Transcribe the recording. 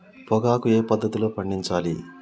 పొగాకు ఏ పద్ధతిలో పండించాలి?